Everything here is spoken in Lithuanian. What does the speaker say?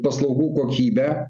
paslaugų kokybe